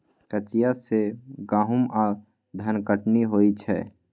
कचिया सँ गहुम आ धनकटनी होइ छै